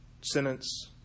sentence